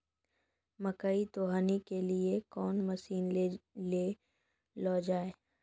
मकई तो हनी के लिए कौन मसीन ले लो जाए?